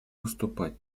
выступать